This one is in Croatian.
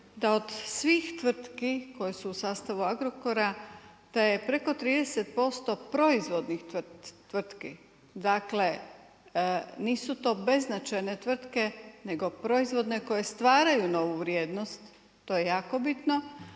da od svih tvrtki koje su u sastavu Agrokora te je preko 30% proizvodnih tvrtki. Dakle nisu to beznačajne tvrtke nego proizvodne koje stvaraju novu vrijednost, to je jako bitno.